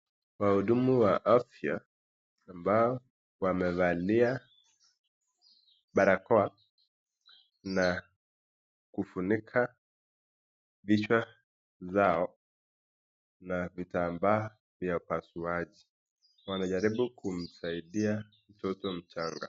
Wahudumu wa afya ambao wamevalia barakoa na kufuniika vichwa zao na vitambaa vya upasuaji, wanajaribu kumsaidia mtoto mchanga.